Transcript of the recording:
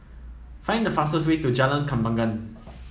find the fastest way to Jalan Kembangan